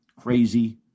crazy